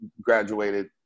graduated